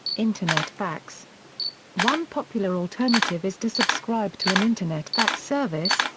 internet fax one popular alternative is to subscribe to an internet fax service,